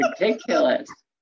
Ridiculous